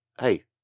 hey